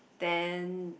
then